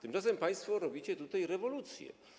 Tymczasem państwo robicie tutaj rewolucję.